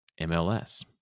MLS